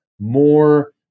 more